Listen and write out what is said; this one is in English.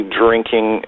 drinking